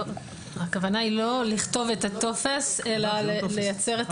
הכוונה היא לא לכתוב את הטופס אלא לייצר את